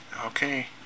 Okay